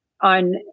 on